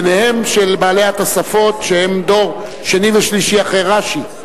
ביניהן של בעלי התוספות שהם דור שני ושלישי אחרי רש"י.